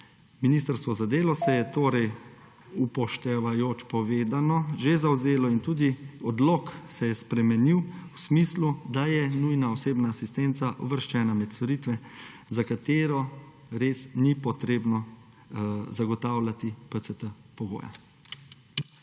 Ministrstvo za delo se je torej, upoštevajoč povedano, že zavzelo in tudi odlok se je spremenil v smislu, da je nujna osebna asistenca uvrščena med storitve, za katere res ni treba zagotavljati PCT-pogoja.